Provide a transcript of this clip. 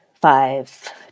five